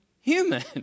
human